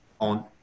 on